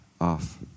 off